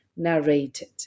Narrated